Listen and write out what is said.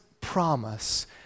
promise